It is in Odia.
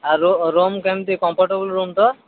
ଆଉ ରୁମ୍ କେମିତି କମ୍ଫର୍ଟେବୁଲ ରୁମ୍ ତ